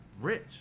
rich